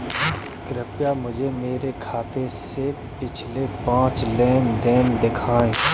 कृपया मुझे मेरे खाते से पिछले पाँच लेन देन दिखाएं